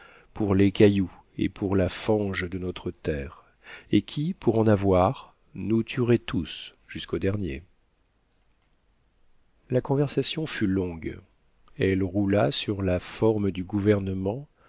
pour les cailloux et pour la fange de notre terre et qui pour en avoir nous tueraient tous jusqu'au dernier la conversation fut longue elle roula sur la forme du gouvernement